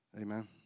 Amen